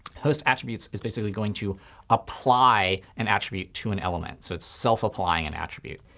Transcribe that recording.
host attributes is basically going to apply an attribute to an element. so it's self-applying an attribute.